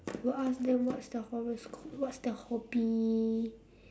will ask them what's the horoscope what's their hobby